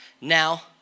Now